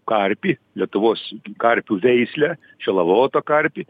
karpį lietuvos karpių veislę šilavoloto karpį